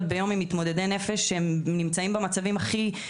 ביום ממתמודדי נפש שנמצאים במצבים הכי קשים.